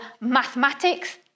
mathematics